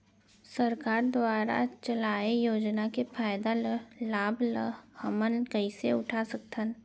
सरकार दुवारा चलाये योजना के फायदा ल लाभ ल हमन कइसे उठा सकथन?